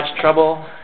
trouble